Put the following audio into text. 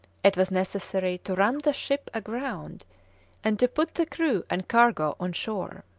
it was necessary to run the ship aground and to put the crew and cargo on shore.